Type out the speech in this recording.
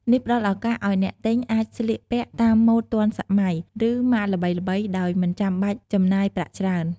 នេះផ្ដល់ឱកាសឱ្យអ្នកទិញអាចស្លៀកពាក់តាមម៉ូដទាន់សម័យ ឬម៉ាកល្បីៗដោយមិនចាំបាច់ចំណាយប្រាក់ច្រើន។